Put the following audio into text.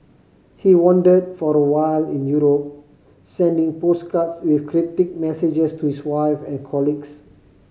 he wandered for a while in Europe sending postcards with cryptic messages to his wife and colleagues